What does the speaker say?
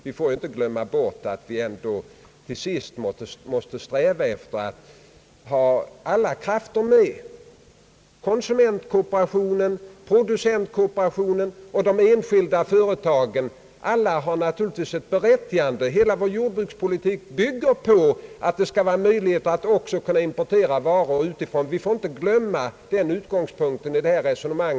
Vi får inte glömma bort att vi ändå till sist måste sträva efter att ha alla krafter med. Konsumentkooperationen, producentkooperationen och de enskilda företagen har naturligtvis alla sitt berättigande. Hela vår jordbrukspolitik bygger på att det skall finnas möjlighet att också importera varor utifrån. Vi får inte glömma den utgångspunkten i detta resonemang.